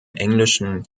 englischen